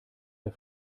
der